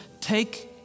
Take